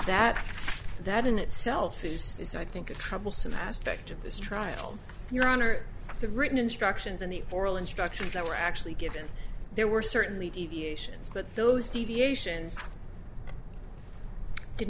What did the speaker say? that that in itself is is i think a troublesome aspect of this trial your honor the written instructions and the oral instructions that were actually given there were certainly deviations but those deviations did